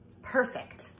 perfect